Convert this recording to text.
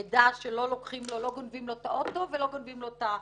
הוא ידע שלא גונבים לו את האוטו ולא גונבים לו את הנשק.